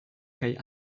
kaj